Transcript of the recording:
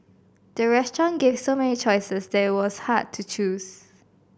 the restaurant gave so many choices that it was hard to choose